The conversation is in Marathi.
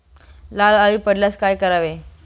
लाल अळी पडल्यास काय करावे?